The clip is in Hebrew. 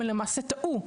למעשה טעו.